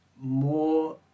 more